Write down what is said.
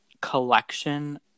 Collection